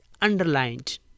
underlined